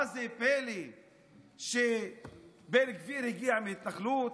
מה, זה פלא שבן גביר הגיע מהתנחלות?